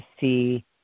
see